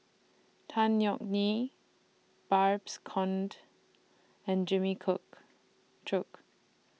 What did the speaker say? Tan Yeok Nee Babes Conde and Jimmy Cook Chok